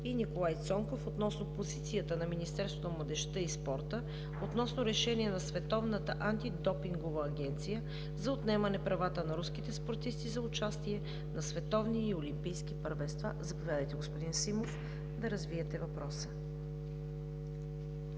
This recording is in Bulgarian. и Николай Цонков относно позицията на Министерството на младежта и спорта относно Решение на Световната антидопингова агенция за отнемане правата на руските спортисти за участие на световни и олимпийски първенства. Заповядайте, господин Симов, да развиете въпроса.